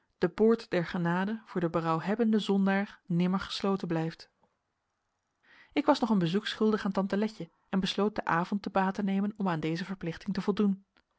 de poort der genade voor den berouwhebbenden zondaar nimmer gesloten blijft ik was nog een bezoek schuldig aan tante letje en besloot den avond te baat te nemen om aan deze verplichting te voldoen